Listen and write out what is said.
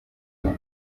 wabo